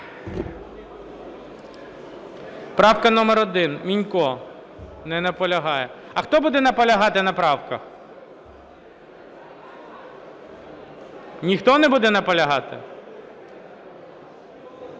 Правка номер 1, Мінько. Не наполягає. А хто буде наполягати на правках? Ніхто не буде наполягати?